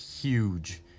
huge